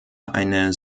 eine